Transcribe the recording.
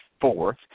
fourth